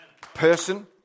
person